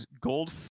gold